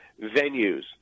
venues